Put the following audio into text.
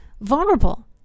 vulnerable